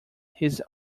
his